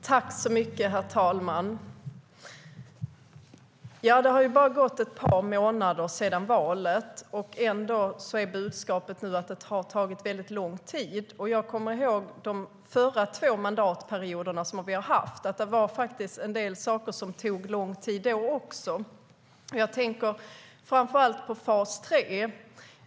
Herr talman! Det har bara gått några månader sedan valet; ändå är budskapet nu att det har tagit väldigt lång tid. Jag kommer ihåg de två förra mandatperioderna och att det var en del saker som tog lång tid då också. Jag tänker framför allt på fas 3.